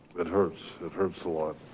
it hurts, it hurts a lot.